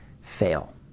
fail